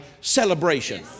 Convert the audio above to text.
celebration